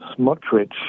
Smotrich